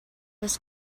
was